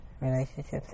relationships